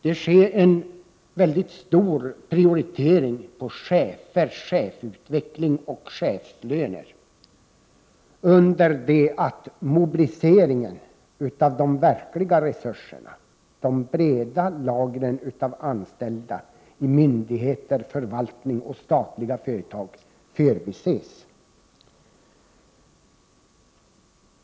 Det sker en mycket stor | prioritering av chefer, chefsutveckling och chefslöner under det att mobiliseringen av de verkliga resurserna, de breda lagren av anställda inom myndigheter, förvaltning och statliga företag förbises.